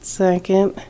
second